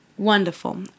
Wonderful